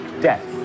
death